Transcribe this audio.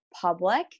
public